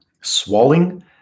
swallowing